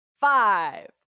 Five